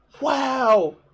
wow